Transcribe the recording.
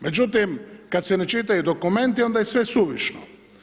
Međutim, kada se ne čitaju dokumenti onda je sve suvišno.